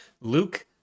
Luke